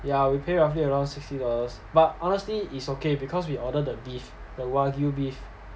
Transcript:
yeah we pay roughly around sixty dollars but honestly it's okay because we ordered the beef the wagyu beef